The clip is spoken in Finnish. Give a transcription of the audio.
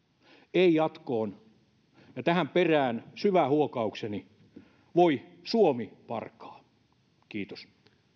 ei jatkoon ja tähän perään syvä huokaukseni voi suomi parkaa kiitos